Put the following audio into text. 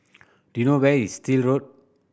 do you know where is Still Road